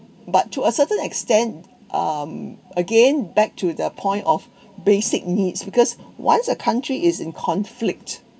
but to a certain extent um again back to the point of basic needs because once a country is in conflict